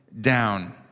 down